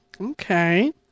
Okay